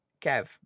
Kev